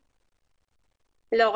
לא.